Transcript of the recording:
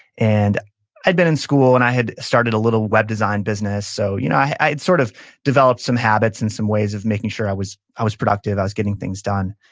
and i'd been in school, and i had started a little web design business, so you know i had sort of developed some habits and some ways of making sure i was i was productive, i was getting things done.